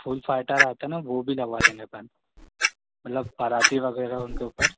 फूल fighter आता है ना वह भी लगवा देंगे अपन मतलब बाराती वग़ैरह उनके ऊपर